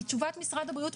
מתשובת משרד הבריאות,